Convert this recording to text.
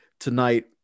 Tonight